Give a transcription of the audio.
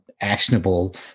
actionable